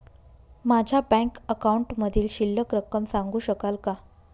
माझ्या बँक अकाउंटमधील शिल्लक रक्कम सांगू शकाल का?